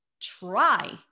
try